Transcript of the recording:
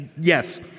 Yes